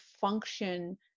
function